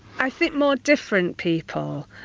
i think more different people.